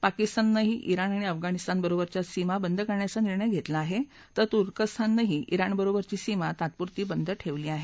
पाकिस्ताननंही जिण आणि अफगाणिस्तानबरोबरच्या सीमा बंद करण्याचा निर्णय घेतला आहे तर तुर्कस्ताननंही जिणबरोबरची सीमा तात्पुरती बंद ठेवली आहे